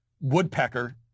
woodpecker